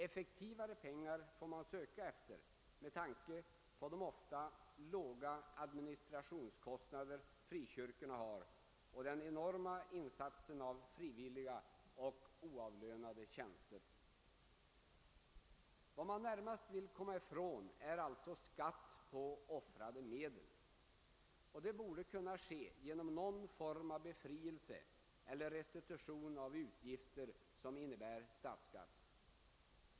Effektivare användning av pengar får man leta efter med tanke på de ofta låga administrationskostnader frikyrkorna har och den enorma insatsen av frivilliga och oavlönade tjänster. Vad man närmast vill komma ifrån är alltså skatt på offrade medel, och det borde kunna ske genom någon form av befrielse från eller restitution av utgifter som innebär statsskatt.